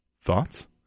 Thoughts